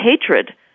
hatred